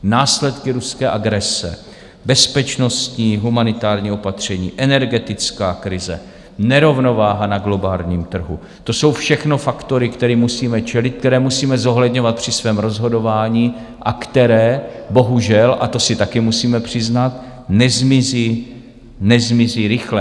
Následky ruské agrese, bezpečnostní, humanitární opatření, energetická krize, nerovnováha na globálním trhu, to jsou všechno faktory, kterým musíme čelit, které musíme zohledňovat při svém rozhodování a které bohužel, a to si také musíme přiznat, nezmizí rychle.